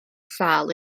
sâl